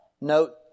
note